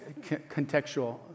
contextual